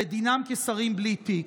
ודינם כשרים בלי תיק.